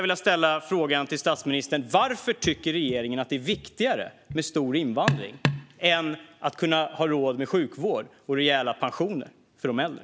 Varför tycker regeringen att det är viktigare med stor invandring än med sjukvård och rejäla pensioner för de äldre?